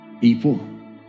people